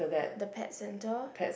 the pet centre